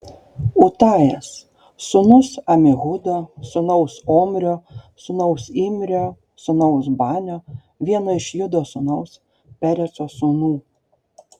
utajas sūnus amihudo sūnaus omrio sūnaus imrio sūnaus banio vieno iš judo sūnaus pereco sūnų